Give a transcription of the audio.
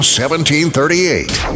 1738